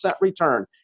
return